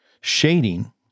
Shading